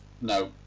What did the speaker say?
No